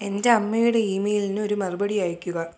എന്റെ അമ്മയുടെ ഈമെയിലിന് ഒരു മറുപടി അയയ്ക്കുക